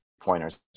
pointers